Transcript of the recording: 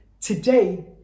today